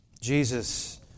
Jesus